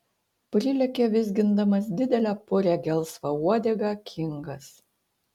prilekia vizgindamas didelę purią gelsvą uodegą kingas